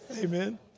Amen